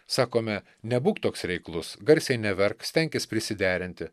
sakome nebūk toks reiklus garsiai neverk stenkis prisiderinti